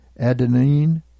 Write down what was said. adenine